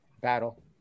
Battle